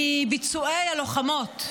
מביצועי הלוחמות.